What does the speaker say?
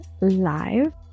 live